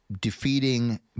defeating